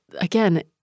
again